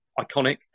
iconic